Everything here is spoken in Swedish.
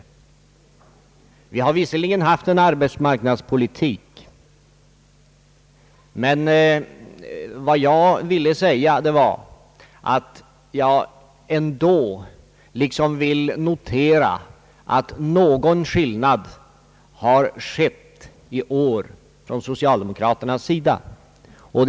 Det har visserligen förts en arbetsmarknadspolitik, men jag ville ändå påpeka att en viss ändring har skett i år i socialdemokraternas inställning.